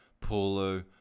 Paulo